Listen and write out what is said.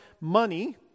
money